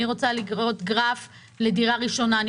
גרף לדירה ראשונה,